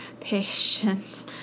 patience